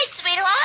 sweetheart